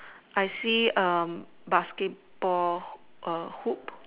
I see a basketball Hoo~ hoop